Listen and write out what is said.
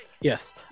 yes